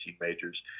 majors